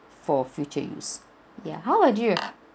for future use ya how about you